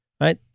right